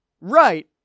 right